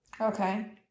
Okay